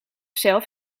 zelf